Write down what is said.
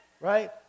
right